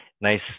nice